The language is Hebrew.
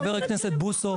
חבר הכנסת בוסו,